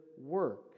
work